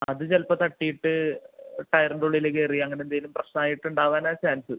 അത് ചിലപ്പം തട്ടിയിട്ട് ടയറിൻ്റെ ഉള്ളിൽ കയറി അങ്ങനെ എന്തെങ്കിലും പ്രശ്നം ആയിട്ടുണ്ടാകാനാണ് ചാൻസ്സ്